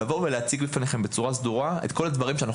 לבוא ולהציג בפניכם בצורה סדורה את כל הדברים שאנחנו